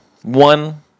One